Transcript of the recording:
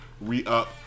re-up